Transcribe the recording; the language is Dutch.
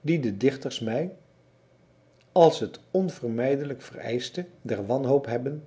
die de dichters mij als het onvermijdelijk vereischte der wanhoop hebben